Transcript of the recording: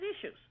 issues